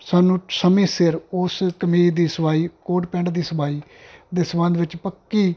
ਸਾਨੂੰ ਸਮੇਂ ਸਿਰ ਉਸ ਕਮੀਜ਼ ਦੀ ਸਿਲਾਈ ਕੋਟ ਪੈਂਟ ਦੀ ਸਿਲਾਈ ਦੇ ਸਬੰਧ ਵਿੱਚ ਪੱਕੀ